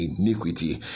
iniquity